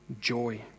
joy